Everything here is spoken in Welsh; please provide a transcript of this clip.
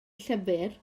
llyfr